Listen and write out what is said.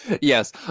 Yes